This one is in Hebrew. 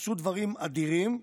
עשו דברים אדירים,